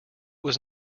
was